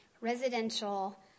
residential